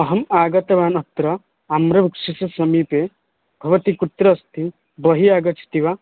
अहम् आगतवान् अत्र आम्रवृक्षस्य समीपे भवती कुत्र अस्ति बहिः आगच्छति वा